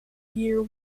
year